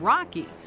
Rocky